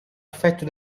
affetto